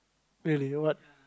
really what